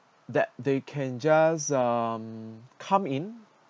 that they can just um come in